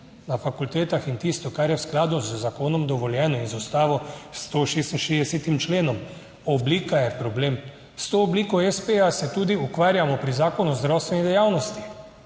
na fakultetah in tisto, kar je v skladu z zakonom dovoljeno in z Ustavo s 166. členom. Oblika je problem. S to obliko espeja se tudi ukvarjamo pri Zakonu o zdravstveni dejavnosti.